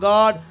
God